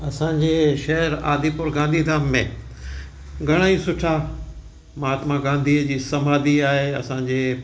असांजे शहर आदिपुर गांधीधाम में घणेई सुठा महात्मा गांधीअ जी समाधी आहे असांजे